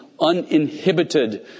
uninhibited